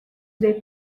they